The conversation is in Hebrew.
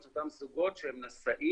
את אותם זוגות שהם נשאים,